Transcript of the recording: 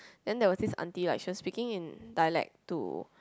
then there was this aunty like she was speaking in dialect to